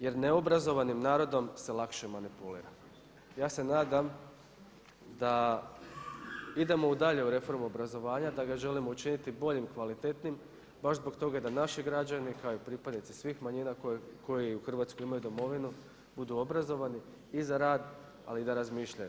Jer neobrazovanim narodom se lakše manipulira.“ Ja se nadam da idemo dalje u reformu obrazovanja, da ga želimo učiniti bolji i kvalitetnijim baš zbog toga da naši građani kao i pripadnici svih manjina koji u Hrvatskoj imaju domovinu budu obrazovani i za rad, ali i da razmišljaju.